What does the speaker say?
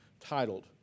Titled